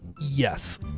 yes